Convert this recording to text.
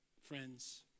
friends